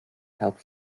help